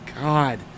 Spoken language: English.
God